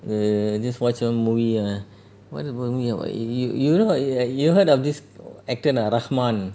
the you just watch one movie ah what about me what about y~ you you know y~ you heard of this actor not ரகுமான்:ragumaan